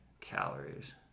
calories